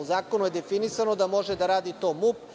u zakonu je definisano da može da radi to MUP